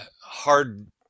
hard